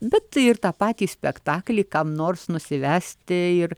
bet ir tą patį spektaklį kam nors nusivesti ir